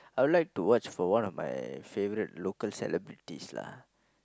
I would like to watch for one of my favourite local celebrities lah